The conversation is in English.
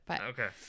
Okay